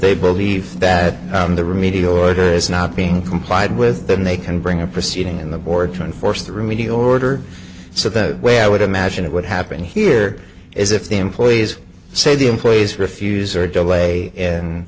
they believe that the remedial order is not being complied with then they can bring a proceeding in the board to enforce the remedial order so the way i would imagine it would happen here is if the employees say the employees refuse or delay in